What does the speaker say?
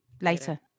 Later